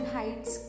Heights